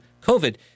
COVID